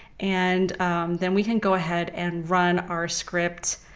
and then we can go ahead and run our script.